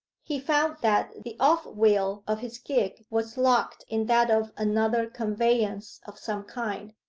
he found that the off-wheel of his gig was locked in that of another conveyance of some kind.